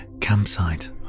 campsite